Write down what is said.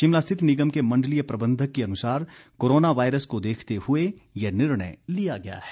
शिमला स्थित निगम के मंडलीय प्रबंधक के अनुसार कोरोना वायरस को देखते हुए ये निर्णय लिया गया है